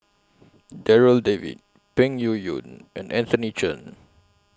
Darryl David Peng Yuyun and Anthony Chen